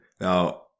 Now